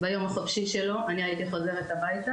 ביום החופשי שלו אני הייתי חוזרת הביתה,